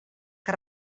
que